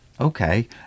Okay